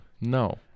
No